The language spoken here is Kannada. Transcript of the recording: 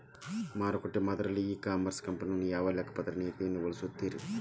ಮಾರುಕಟ್ಟೆ ಮಾದರಿಯಲ್ಲಿ ಇ ಕಾಮರ್ಸ್ ಕಂಪನಿಗಳು ಯಾವ ಲೆಕ್ಕಪತ್ರ ನೇತಿಗಳನ್ನ ಬಳಸುತ್ತಾರಿ?